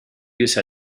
use